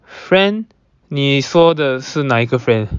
friend 你说的是哪一个 friend